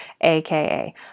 aka